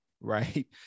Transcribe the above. right